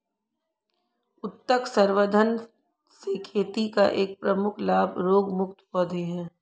उत्तक संवर्धन से खेती का एक प्रमुख लाभ रोगमुक्त पौधे हैं